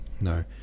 no